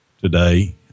today